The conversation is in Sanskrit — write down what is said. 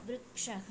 वृक्षः